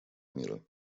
мира